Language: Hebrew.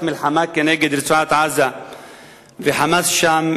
מלחמה כנגד רצועת-עזה וה"חמאס" שם,